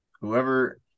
whoever